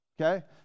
okay